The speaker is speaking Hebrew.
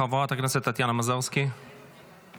חברת הכנסת טטיאנה מזרסקי, בבקשה.